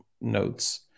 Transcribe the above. notes